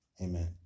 amen